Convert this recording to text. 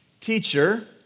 Teacher